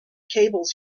cables